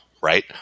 right